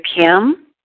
Kim